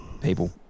people